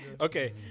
Okay